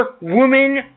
woman